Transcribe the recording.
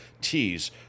tees